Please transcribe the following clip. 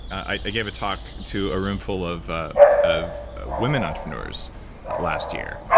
i gave a talk to a roomful of ah of women entrepreneurs last year.